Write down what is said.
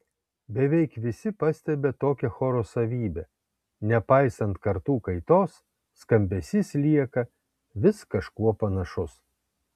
beveik visi pastebi tokią choro savybę nepaisant kartų kaitos skambesys lieka vis kažkuo panašus